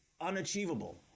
unachievable